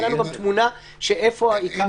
שתהיה לנו גם תמונה איפה עיקר הלחץ.